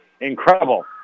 Incredible